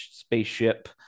spaceship